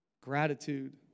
Gratitude